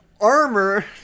armor